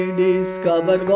discover